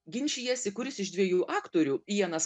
ginčijasi kuris iš dviejų aktorių ijanas